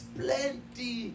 plenty